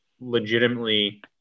legitimately